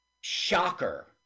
shocker